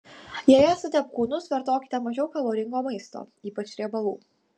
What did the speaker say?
jei esate apkūnus vartokite mažiau kaloringo maisto ypač riebalų